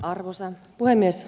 arvoisa puhemies